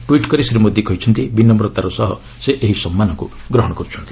tweet କରି ଶ୍ରୀ ମୋଦି କହିଛନ୍ତି ବିନମ୍ରତାର ସହ ସେ ଏହି ସମ୍ମାନକୁ ଗ୍ରହଣ କର୍ତ୍ଥନ୍ତି